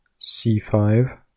c5